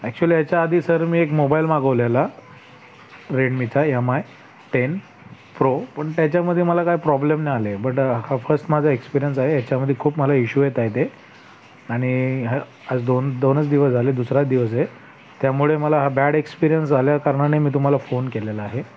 actually याच्या आधी sir मी एक मोबाईल मागवलेला रेडमीचा एम आय टेन प्रो पण त्याच्यामध्ये मला काय प्रॉब्लेम नाही आले बट ऑपकोर्स माझा एक्सपीरियंस आहे याच्यामध्ये खूप मला इशू येत आहेत आणि आज दोन दोनच दिवस झाले दुसराच दिवस आहे त्यामुळे मला हा बॅड एक्सपिरीयन्स झाल्या कारणाने मी तुम्हाला फोन केलेला आहे